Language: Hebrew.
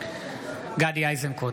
גדי איזנקוט,